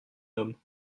homme